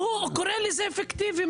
הוא קורא לזה פיקטיבי.